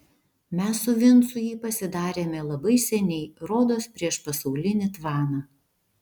mes su vincu jį pasidarėme labai seniai rodos prieš pasaulinį tvaną